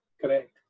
correct